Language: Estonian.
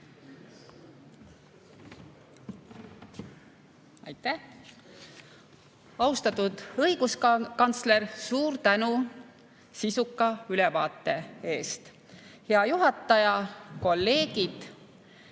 nimel. Austatud õiguskantsler, suur tänu sisuka ülevaate eest! Hea juhataja! Kolleegid!